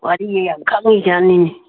ꯋꯥꯔꯤ ꯌꯥꯝ ꯈꯪꯉꯤ ꯖꯥꯅꯤꯅꯦ